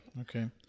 Okay